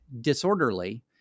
disorderly